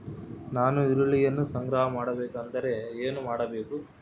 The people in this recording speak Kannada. ನಾನು ಈರುಳ್ಳಿಯನ್ನು ಸಂಗ್ರಹ ಮಾಡಬೇಕೆಂದರೆ ಏನು ಮಾಡಬೇಕು?